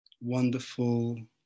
wonderful